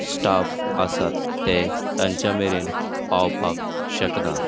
staff आसा तें तांच्या मेरेन पावपाक शकना